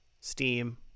Steam